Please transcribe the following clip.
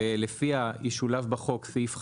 לפיה ישולב בחוק סעיף חדש.